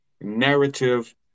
narrative